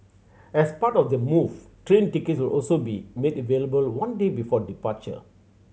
as part of the move train tickets will also be made available one day before departure